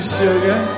sugar